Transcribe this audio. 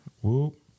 whoop